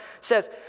says